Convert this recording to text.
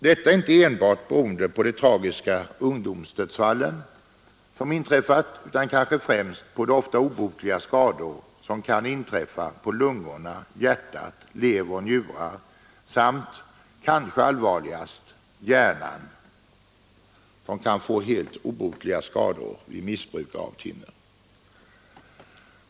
Detta beror inte enbart på de tragiska ungdomsdödsfall som har inträffat utan kanske främst på de ofta obotliga skador som kan drabba hjärta, lungor, lever och njurar samt — kanske allvarligast — hjärnan, som kan få helt obotliga skador vid missbruk av thinner.